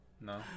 No